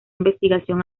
investigación